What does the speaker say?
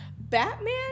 Batman